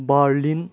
Berlin